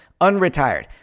unretired